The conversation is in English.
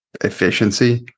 efficiency